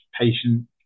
patient